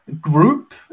group